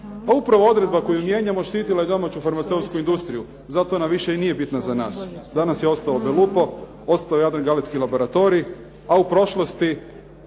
Pa upravo odredba koju mijenjamo štitila je domaću farmaceutsku industriju, zato ona više i nije bitna za nas. Danas je ostao Belupo, ostao Jadran Galenski laboratorij a u prošlosti